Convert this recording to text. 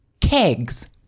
Kegs